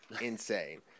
insane